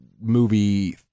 movie